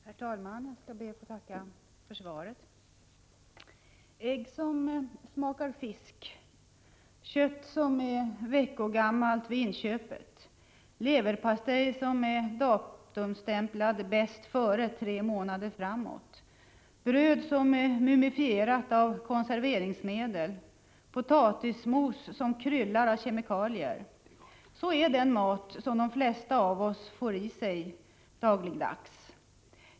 Herr talman! Jag ber att få tacka för svaret. Ägg som smakar fisk, kött som är veckogammalt vid inköpet, leverpastej som är datumstämplad ”bäst före” tre månader framåt, bröd som är mumifierat av konserveringsmedel, potatismos som kryllar av kemikalier — sådan är den mat som de flesta av oss får i sig dagligdags.